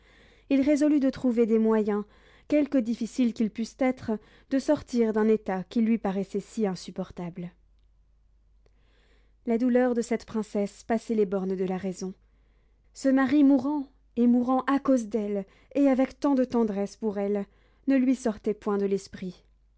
il résolut de trouver des moyens quelque difficiles qu'ils pussent être de sortir d'un état qui lui paraissait si insupportable la douleur de cette princesse passait les bornes de la raison ce mari mourant et mourant à cause d'elle et avec tant de tendresse pour elle ne lui sortait point de l'esprit